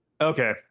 okay